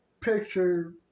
picture